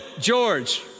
George